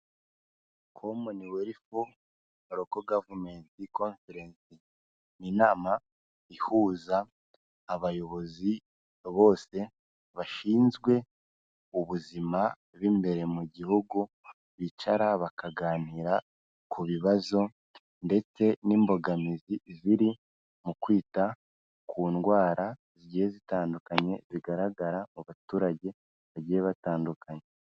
Ihuza abayobozi bose bashinzwe ubuzima